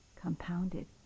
compounded